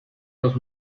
los